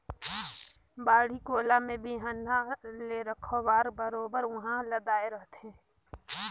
बाड़ी कोला में बिहन्हा ले रखवार बरोबर उहां लदाय रहथे